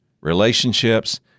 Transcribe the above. relationships